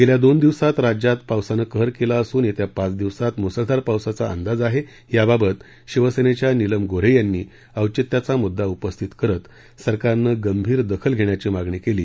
गेल्या दोन दिवसात राज्यात पावसानं कहर केला असून येत्या पाच दिवसात मुसळधार पावसाचा अंदाज आहे याबाबत शिवसेनेच्या नीलम गो हे यांनी औचित्याचा मुद्दा उपस्थित करत सरकारनं गंभीर दखल घेण्याची मागणी केली